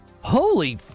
Holy